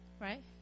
right